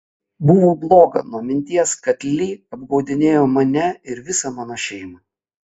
buvo bloga nuo minties kad lee apgaudinėjo mane ir visą mano šeimą